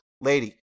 Lady